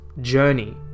journey